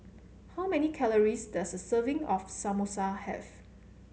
how many calories does a serving of Samosa have